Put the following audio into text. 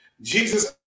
Jesus